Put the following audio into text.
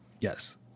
Yes